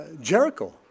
Jericho